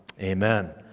Amen